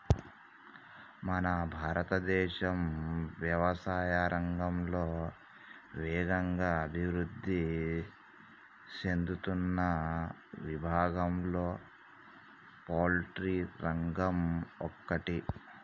మన భారతదేశం యవసాయా రంగంలో వేగంగా అభివృద్ధి సేందుతున్న విభాగంలో పౌల్ట్రి రంగం ఒకటి